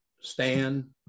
Stan